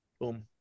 Boom